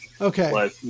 okay